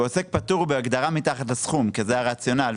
בעוסק פטור הוא בהגדרה מתחת לסכום כי זה הרציונל,